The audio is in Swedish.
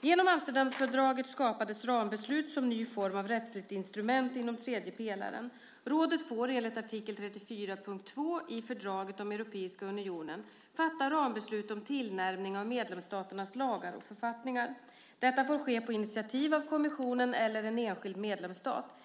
Genom Amsterdamfördraget skapades rambeslut som ny form av rättsligt instrument inom tredje pelaren. Rådet får, enligt artikel 34.2 i fördraget om Europeiska unionen, fatta rambeslut om tillnärmning av medlemsstaternas lagar och författningar. Detta får ske på initiativ av kommissionen eller en enskild medlemsstat.